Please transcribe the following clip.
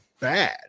bad